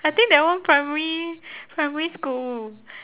I think that one primary primary school